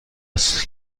است